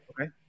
Okay